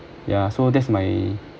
ya so that's my